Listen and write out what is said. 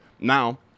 Now